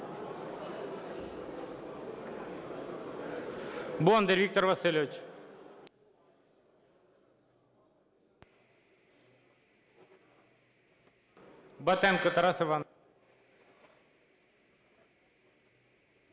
Бондар Віктор Васильович. Батенко Тарас Іванович.